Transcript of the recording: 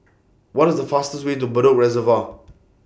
What IS The fastest Way to Bedok Reservoir